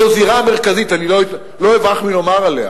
זו זירה מרכזית, אני לא אברח מלומר עליה.